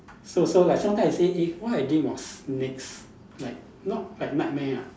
so so like sometimes I say eh why I dream of snakes like not like nightmare ah